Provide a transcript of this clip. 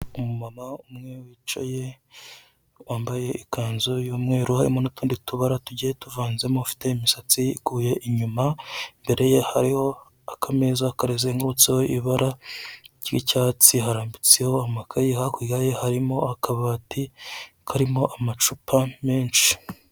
Umumama umwe wicaye wambaye ikanzu y'umweru harimo n'utundi tubara tugiye tuvanzemo ufite imisatsi iguye inyuma, imbere ye hariho akameza kazengurutseho ibara ry'icyatsi harambitseho amakayi hakurya ye harimo akabati karimo amacupa menshi.